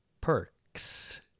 perks